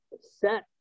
set